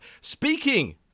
Speaking